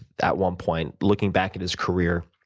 at one point, looking back at his career,